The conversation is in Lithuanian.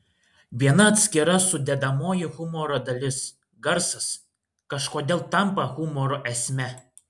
viena atskira sudedamoji humoro dalis garsas kažkodėl tampa humoro esme